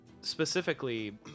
Specifically